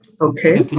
Okay